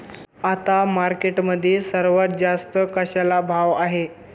आता मार्केटमध्ये सर्वात जास्त कशाला भाव आहे?